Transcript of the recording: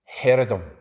Herodom